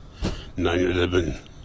9-11